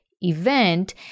event